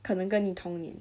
可能跟你同年